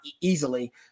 easily